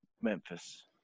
Memphis